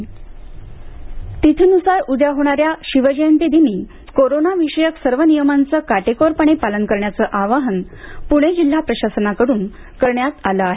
उद्या शिवजयंती तिथीनुसार उद्या साजऱ्या होणाऱ्या शिवजयंती दिनी कोरोनाविषयक सर्व नियमांचं काटेकोरपणे पालन करण्याचं आवाहन पूणे जिल्हा प्रशासनाकडून करण्यात आलं आहे